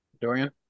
Dorian